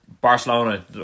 Barcelona